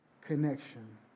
connection